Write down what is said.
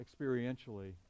experientially